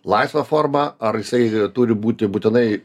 laisva forma ar jisai turi būti būtinai